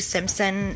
Simpson